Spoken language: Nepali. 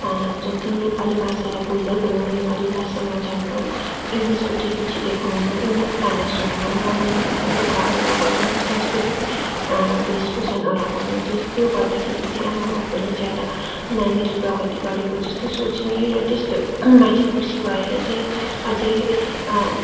जति नेपाली भाषालाई भुल्दै गयो नेपाली भाषा नजान्नु इङ्लिसपट्टि रुचि देखाउनु इङ्गलिस गाना सुन्नु मोर्डन लुगाहरू लगाउनु सांस्कृतिक भेषभूषा नलागाउनु त्यही त्यो गर्दाखेरि चाहिँ आमा बाउ पनि ज्यादा नानीले प्रगति गरेको जस्तो सोच्ने र त्यस्तो मा चाहिँ खुसी भएर चाहिँ अझ